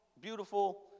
beautiful